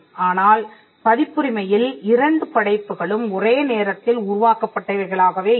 ஆனால் பதிப்புரிமையில் இரண்டு படைப்புகளும் ஒரே நேரத்தில் உருவாக்கப்பட்டவைகளாகவே இருக்கும்